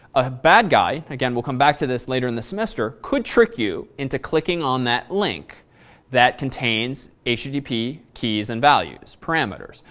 a bad guy, again we'll come back to this later in the semester, could trick you into clicking on that link that contains http keys and values, parameters.